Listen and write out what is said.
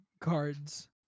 cards